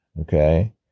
okay